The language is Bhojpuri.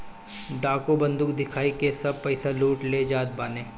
डाकू बंदूक दिखाई के सब पईसा लूट ले जात बाने